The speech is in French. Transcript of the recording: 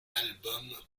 album